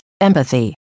empathy